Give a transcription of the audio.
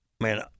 Man